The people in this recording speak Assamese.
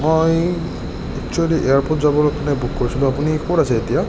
মই একচ্যুৱেলি এয়াৰপৰ্ট যাবৰ কাৰণে বুক কৰিছিলোঁ আপুনি ক'ত আছে এতিয়া